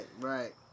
right